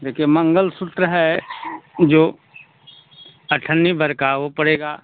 देखिए मंगलसूत्र है जो अठन्नी भर का वो पड़ेगा